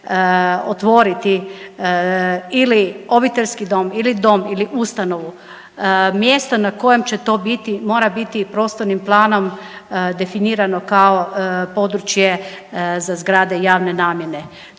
otvoriti ili obiteljski dom ili dom ili ustanovu mjesto na kojem će to biti mora biti i prostornim planom definirano kao područje za zgrade javne namjene.